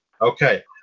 Okay